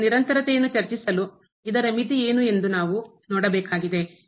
ಈ ನಿರಂತರತೆಯನ್ನು ಚರ್ಚಿಸಲು ಇದರ ಮಿತಿ ಏನು ಎಂದು ನಾವು ನೋಡಬೇಕಾಗಿದೆ